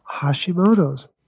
Hashimoto's